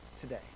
today